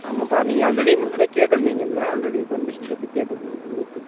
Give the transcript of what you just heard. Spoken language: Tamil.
ஆமாப்பா நீங்கள் ஆல்ரெடி முன்னாடியே கேட்டுருந்தீங்கள்ல ஆல்ரெடி பெர்மிஷன் பற்றி கேட்டுருந்தீங்க